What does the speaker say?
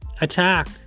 attack